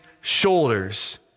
shoulders